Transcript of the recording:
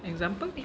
example